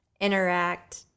interact